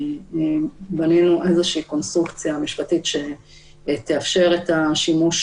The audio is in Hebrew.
בנינו איזושהי קונסטרוקציה משפטית שתאפשר שימוש